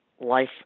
life